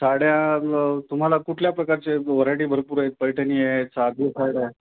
साड्या तुम्हाला कुठल्या प्रकारचे व्हरायटी भरपूर आहे पैठणी आहे साधी साड्या आहे